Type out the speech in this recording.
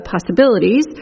possibilities